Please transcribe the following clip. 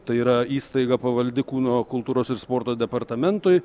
tai yra įstaiga pavaldi kūno kultūros ir sporto departamentui